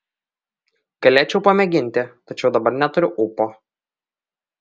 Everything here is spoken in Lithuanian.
galėčiau pamėginti tačiau dabar neturiu ūpo